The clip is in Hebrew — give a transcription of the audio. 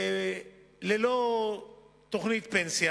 וללא תוכנית פנסיה